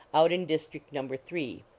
out in district number three.